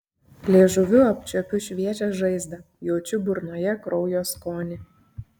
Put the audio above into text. liežuviu apčiuopiu šviežią žaizdą jaučiu burnoje kraujo skonį